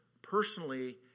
personally